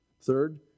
Third